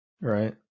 Right